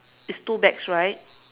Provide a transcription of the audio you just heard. it's two bags right